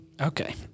Okay